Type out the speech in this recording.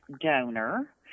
donor